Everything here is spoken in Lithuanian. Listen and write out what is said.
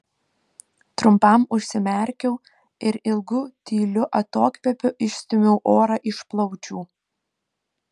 trumpam užsimerkiau ir ilgu tyliu atokvėpiu išstūmiau orą iš plaučių